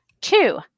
Two